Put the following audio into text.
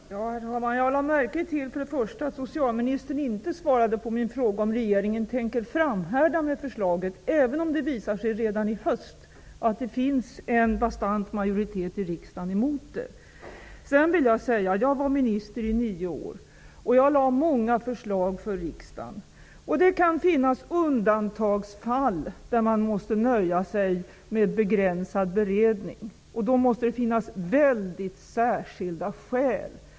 Herr talman! Jag lade märke till att socialministern inte svarade på min fråga om regeringen tänker framhärda med förslaget, även om det redan i höst visar sig att det finns en bastant majoritet i riksdagen mot det. Jag var minister i nio år. Jag förelade riksdagen många förslag. Det kan finnas undantagsfall, då man måste nöja sig med en begränsad beredning. Då måste det finns särskilda skäl.